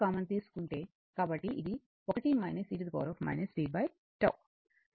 కాబట్టి ఇది 1 e tτ